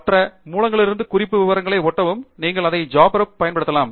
மற்ற மூலங்களிலிருந்து குறிப்பு விவரங்களை ஒட்டவும் நீங்கள் அதை ஜாப்ரெப் ல் இருந்து செய்யலாம்